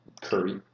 Curry